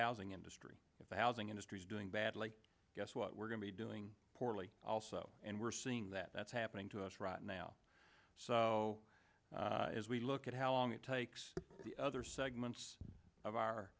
housing industry the housing industry's doing badly guess what we're going to be doing poorly also and we're seeing that that's happening to us right now so as we look at how long it takes the other segments of our